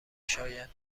شاید